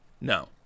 No